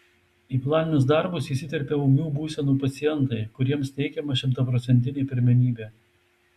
į planinius darbus įsiterpia ūmių būsenų pacientai kuriems teikiama šimtaprocentinė pirmenybė